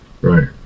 Right